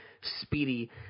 speedy